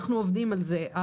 אנחנו עובדים על זה.